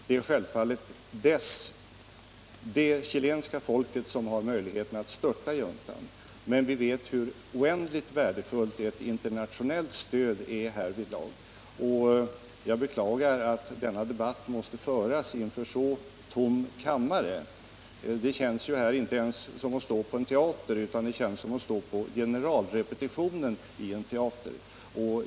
Det är självfallet det chilenska folket som har möjlighet att störta juntan. Men vi vet hur oändligt värdefullt ett internationellt stöd är härvidlag. Jag beklagar att denna debatt måste föras inför en så tom kammare. Det känns inte ens som att stå på en teater utan som att vara med om en generalrepetition på en teater.